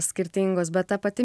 skirtingos bet ta pati